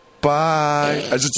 bye